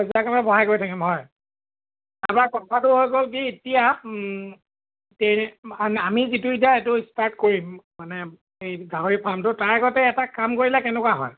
কাৰণে বঢ়াই গৈ থাকিম হয় আমাৰ কথাটো হৈ গ'ল কি এতিয়া আমি যিটো এতিয়া এইটো ষ্টাৰ্ট কৰিম মানে এই গাহৰি ফাৰ্মটো তাৰ আগতে এটা কাম কৰিলে কেনেকুৱা হয়